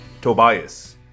Tobias